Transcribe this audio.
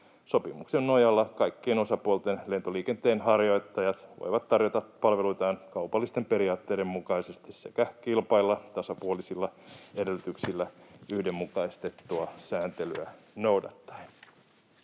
Sopimuksen nojalla kaikkien osapuolten lentoliikenteen harjoittajat voivat tarjota palveluitaan kaupallisten periaatteiden mukaisesti sekä kilpailla tasapuolisilla edellytyksillä yhdenmukaistettua sääntelyä noudattaen.